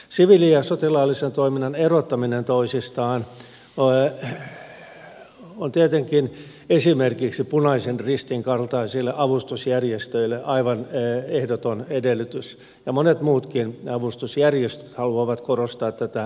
siviili ja sotilaallisen toiminnan erottaminen toisistaan on tietenkin esimerkiksi punaisen ristin kaltaisille avustusjärjestöille aivan ehdoton edellytys ja monet muutkin avustusjärjestöt haluavat korostaa tätä eroa